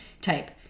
type